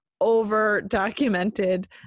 over-documented